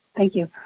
thank you.